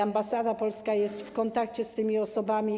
Ambasada polska jest w kontakcie z tymi osobami.